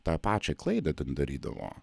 tą pačią klaidą ten darydavo